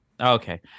Okay